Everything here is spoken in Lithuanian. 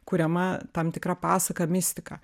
kuriama tam tikra pasaka mistika